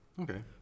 Okay